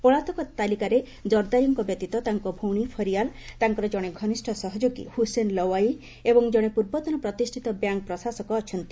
ପଳାତକ ତାଲିକାରେ ଜର୍ଦାରୀଙ୍କ ବ୍ୟତୀତ ତାଙ୍କ ଭଉଣୀ ଫରିଆଲ୍ ତାଙ୍କର ଜଣେ ଘନିଷ୍ଠ ସହଯୋଗୀ ହୁସେନ୍ ଲୱାଇ ଏବଂ ଜଣେ ପୂର୍ବତନ ପ୍ରତିଷ୍ଠିତ ବ୍ୟାଙ୍କ୍ ପ୍ରଶାସକ ଅଛନ୍ତି